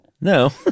No